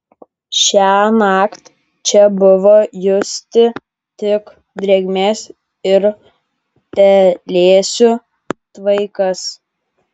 šiąnakt čia buvo justi tik drėgmės ir pelėsių tvaikas